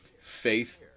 Faith